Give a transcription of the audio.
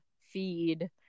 feed